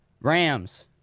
Rams